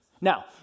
Now